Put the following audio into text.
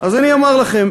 אז אני אומר לכם.